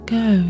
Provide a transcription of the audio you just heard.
go